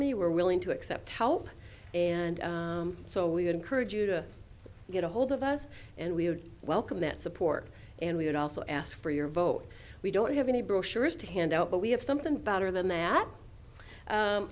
me were willing to accept help and so we would encourage you to get a hold of us and we would welcome that support and we would also ask for your vote we don't have any brochures to hand out but we have something better than that